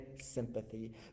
sympathy